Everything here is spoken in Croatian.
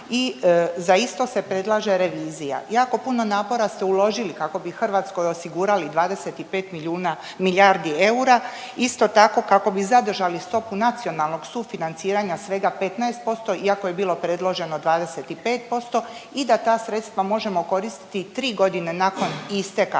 i za ista se predlaže revizija. Jako puno napora ste uložili kako bi Hrvatskoj osigurali 25 milijuna milijardi eura, isto tako kako bi zadržali stopu nacionalnog sufinanciranja svega 15% iako je bilo predloženo 25% i da ta sredstva možemo koristiti 3 godine nakon isteka